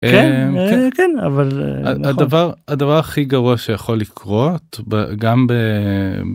אבל הדבר הדבר הכי גרוע שיכול לקרות גם ב.